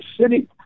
city